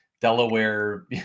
Delaware